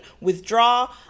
withdraw